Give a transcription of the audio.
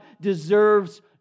deserves